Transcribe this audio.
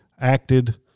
acted